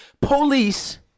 Police